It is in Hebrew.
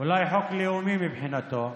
אולי חוק לאומי מבחינתו.